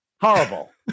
horrible